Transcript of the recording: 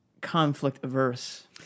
conflict-averse